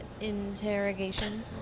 interrogation